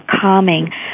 calming